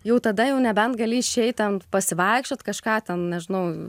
jau tada jau nebent gali išeit pasivaikščiot kažką ten nežinau